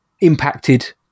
impacted